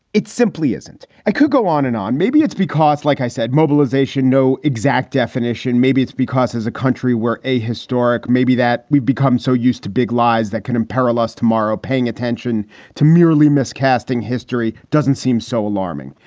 it simply isn't. i could go on and on. maybe it's because, like i said, mobilization, no exact definition. maybe it's because as a country where a historic maybe that we've become so used to big lies that can imperil us tomorrow. paying attention to merely miscasting history doesn't seem so alarming.